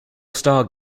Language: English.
star